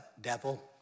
devil